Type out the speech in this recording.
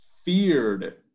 feared